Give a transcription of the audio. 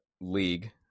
league